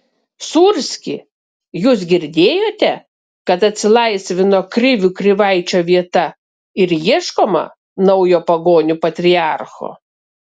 sūrski jūs girdėjote kad atsilaisvino krivių krivaičio vieta ir ieškoma naujo pagonių patriarcho